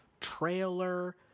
trailer